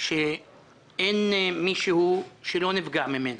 שאין מישהו שלא נפגע ממנו.